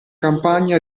campagna